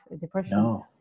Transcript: depression